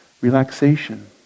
Relaxation